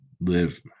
live